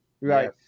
right